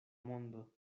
mondo